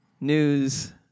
news